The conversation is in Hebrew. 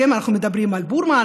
ואנחנו מדברים על בורמה,